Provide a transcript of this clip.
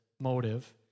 motive